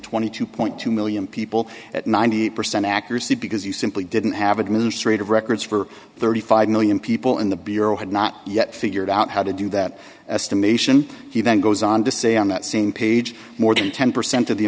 twenty two point two million people at ninety eight percent accuracy because you simply didn't have administrative records for thirty five million people in the bureau had not yet figured out how to do that estimation he then goes on to say on that same page more than ten percent of the